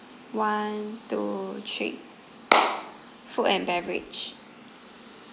one two three food and beverage